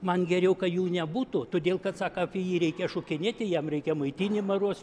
man geriau kad jų nebūtų todėl kad sako apie jį reikia šokinėti jam reikia maitinimą ruošt